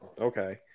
okay